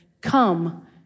come